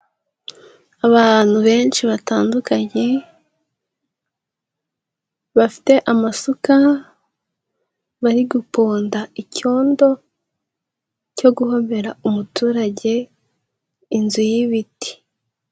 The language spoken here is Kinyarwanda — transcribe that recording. Abantu benshi batandukanye bafite amasuka bari guponda icyondo cyo guhomera umuturage inzu y'ibiti.